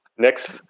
Next